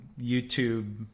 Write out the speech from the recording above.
YouTube